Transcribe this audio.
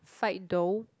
fight though